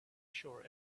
sure